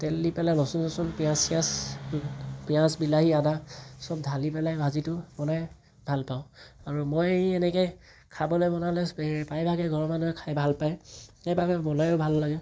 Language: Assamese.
তেল দি পেলাই ৰচুন চচুন পিয়াঁজ চিয়াঁজ পিয়াঁজ বিলাহী আদা সব ঢালি পেলাই ভাজিটো বনাই ভাল পাওঁ আৰু মই এনেকৈ খাবলৈ বনালে এ প্ৰায়ভাগে ঘৰৰ মানুহে খায় ভাল পায় সেইবাবে বনাইয়ো ভাল লাগে